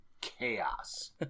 chaos